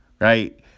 right